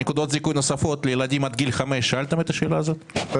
העולמיות האינפלציוניות, עוד